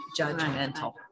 judgmental